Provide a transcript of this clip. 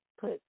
put